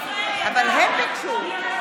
חברי הכנסת.